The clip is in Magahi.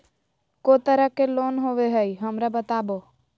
को तरह के लोन होवे हय, हमरा बताबो?